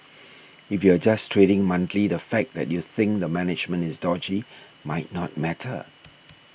if you're just trading monthly the fact that you think the management is dodgy might not matter